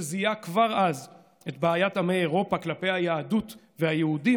שזיהה כבר אז את בעיית עמי אירופה כלפי היהדות והיהודים,